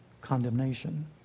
condemnation